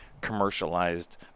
commercialized